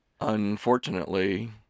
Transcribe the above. Unfortunately